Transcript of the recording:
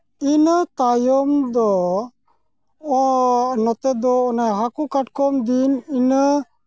ᱤᱱᱟᱹ ᱛᱟᱭᱚᱢ ᱫᱚ ᱱᱚᱛᱮ ᱫᱚ ᱚᱱᱟ ᱦᱟᱹᱠᱩ ᱠᱟᱴᱠᱚᱢ ᱫᱤᱱ ᱤᱱᱟᱹ